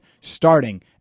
starting